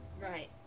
Right